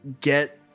get